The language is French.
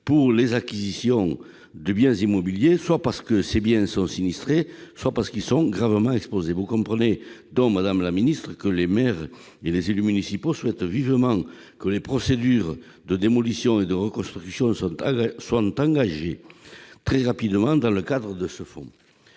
pour les acquisitions de biens immobiliers, soit parce que ces biens sont sinistrés, soit parce qu'ils sont gravement exposés. Vous comprendrez donc, madame la ministre, que les maires et les élus des communes sinistrées souhaitent vivement que les procédures de démolition et de reconstruction soient très rapidement engagées dans le cadre de ce fonds.